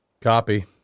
Copy